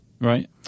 Right